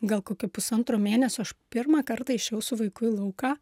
gal kokio pusantro mėnesio aš pirmą kartą išėjau su vaiku į lauką